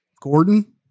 Gordon